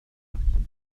marquis